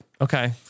okay